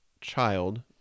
child